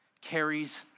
carries